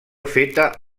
feta